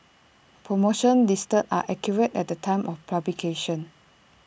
promotions listed are accurate at the time of publication